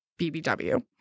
BBW